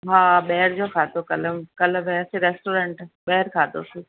हा ॿाहिरि जो खाधो कल्ह कल्ह वियासी रेस्टॉरंट ॿाहिरि खाधोसीं